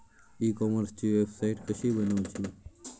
E कॉमर्सची website कशी बनवची?